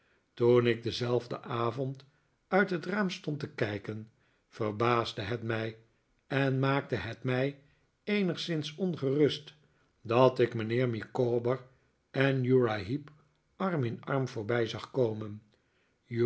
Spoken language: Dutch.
toen ik dienzelfden avond uit het raam stond te kijken verbaasde het mij en maakte het mij eenigszins ongerust dat ik mijnheer micawber en uriah heep arm in arm voorbij zag komen